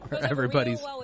everybody's